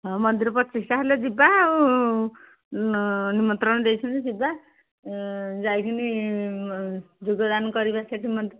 ହଁ ମନ୍ଦିର ପ୍ରତିଷ୍ଠା ହେଲେ ଯିବା ଆଉ ନିମନ୍ତ୍ରଣ ଦେଇଛନ୍ତି ଯିବା ଯାଇକିନି ଯୋଗଦାନ କରିବା ସେଠି ମି